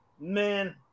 man